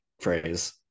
phrase